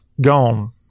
gone